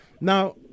Now